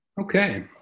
okay